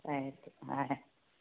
ಆಯಿತು ಹಾಂ